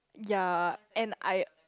ya and I